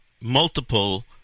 multiple